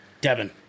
Devin